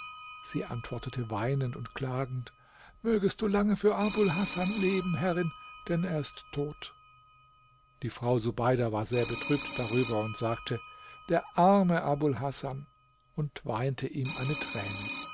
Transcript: sie antwortete weinend und klagend mögest du lange für abul hasan leben herrin denn er ist tot die frau subeida war sehr betrübt darüber und sagte der arme abul hasan und weinte ihm eine träne